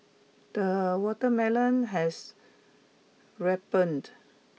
the watermelon has ripened